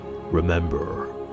remember